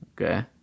Okay